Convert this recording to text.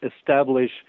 establish